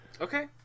okay